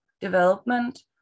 development